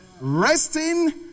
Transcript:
Resting